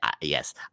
yes